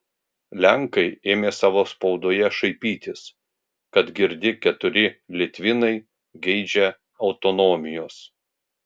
lenkai ėmė savo spaudoje šaipytis kad girdi keturi litvinai geidžia autonomijos